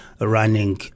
running